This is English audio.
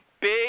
big